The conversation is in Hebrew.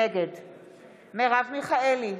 נגד מרב מיכאלי,